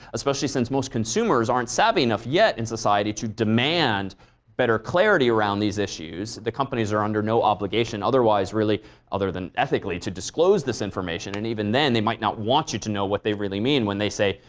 especially since most consumers aren't savvy enough yet in society to demand better clarity around these issues. the companies are under no obligation otherwise really other than ethically to disclose this information, and even then they might not want you to know what they really mean when they say,